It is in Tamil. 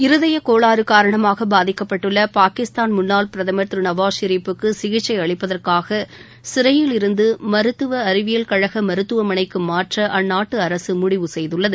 இருதய கோளாறு காரணமாக பாதிக்கபட்டுள்ள பாகிஸ்தான் முன்னாள் பிரதம் திரு நவாஸ் ஷெரிப்புக்கு சிகிச்சை அளிப்பதற்காக சிறையில் இருந்து மருத்துவ அறிவியல் கழகம் மருத்துவமனைக்கு மாற்ற அந்நாட்டு அரசு முடிவு செய்துள்ளது